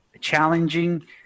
challenging